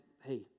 hey